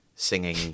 Singing